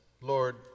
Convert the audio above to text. Lord